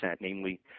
namely